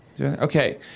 Okay